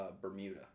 Bermuda